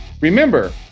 Remember